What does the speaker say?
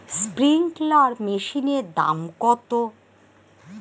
Sprinkler মেশিনের দাম কত?